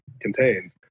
contains